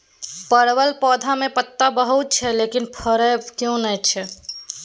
परवल पौधा में पत्ता बहुत छै लेकिन फरय किये नय छै?